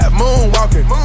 moonwalking